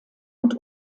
und